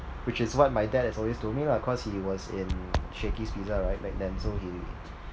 which is what my dad has always told me lah cause he was in Shakey's pizza right back then so he